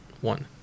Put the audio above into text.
one